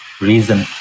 reason